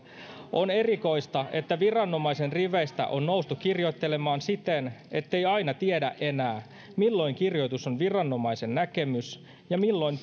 on erikoista että viranomaisen riveistä on noustu kirjoittelemaan siten ettei aina tiedä enää milloin kirjoitus on viranomaisen näkemys ja milloin